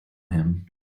him